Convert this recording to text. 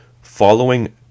Following